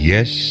Yes